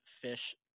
fish